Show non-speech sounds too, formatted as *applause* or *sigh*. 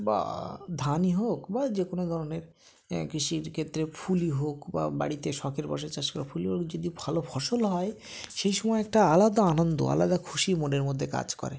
বা ধানই হোক বা যে কোনো ধরনের কৃষির ক্ষেত্রে ফুলই হোক বা বাড়িতে শখের বশে চাষ করা *unintelligible* যদি ভালো ফসল হয় সেই সময়ে একটা আলাদা আনন্দ আলাদা খুশি মনের মধ্যে কাজ করে